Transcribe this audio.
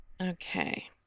Okay